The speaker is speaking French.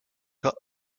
cas